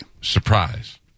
Surprise